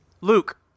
Luke